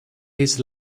his